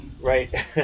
Right